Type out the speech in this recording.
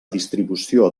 distribució